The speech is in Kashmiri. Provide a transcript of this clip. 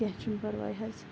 کینٛہہ چھُنہٕ پرواے حظ